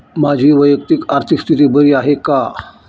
माझी वैयक्तिक आर्थिक स्थिती बरी आहे का?